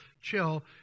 chill